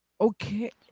okay